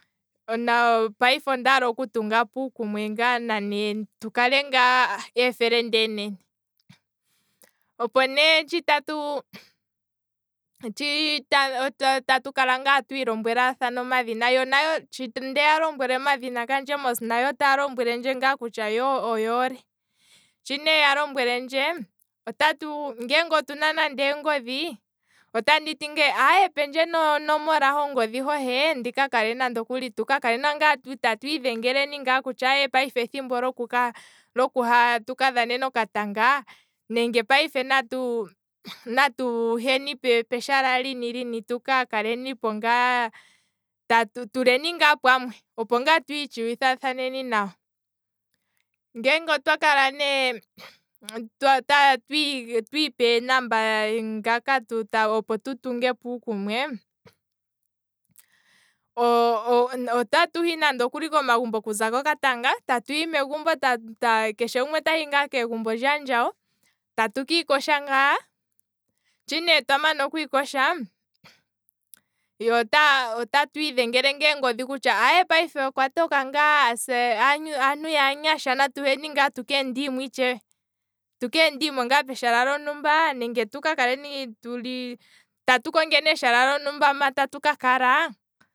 Payife ondaala oku tungapo uukumwe ngaa nane tukale eefelende eenene, shi ne tatu kala tatu ilombwele omadhina, nayo shi ndeya lombwele omadhina gandje mos nayo otaya lombwelendje ngaa kutya yo oyo oole, shi nee ya lombwelendje otatu, ngele ondina ongodhi otatu, otandi ne aye pendje onomola hongodhi hohe, tuka kale tatu idhengele ngaa kutya, aye payife ethimbo lyoku ka dhana okatanga, nenge payife natu natu heni peshala lyontumba tuka kaleni po ngaa tuleni ngaa pamwe, opo ngaa tu itshuweni nawa, ngele otwa kala ne twiipa ee number otatu hi nande oko magumbo okuza koka tanga, tatu hi megumbo, keshe gumwe tahi ngaa megumbo lyaandjawo tatu kiikosha, shi nee twamana okwiikosha, se otatu idhengele eengodhi, payife okwa toka ngaa aantu yaanyasha natu heni ngaa tu keendimo itshewe, tu keendimo ngaa peshala lyontumba, nenge tuka kaleni tu kongeni eshala lyontumba mpa tatu ka kala